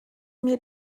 mir